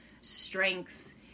strengths